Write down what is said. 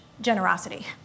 generosity